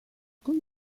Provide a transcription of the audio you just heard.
con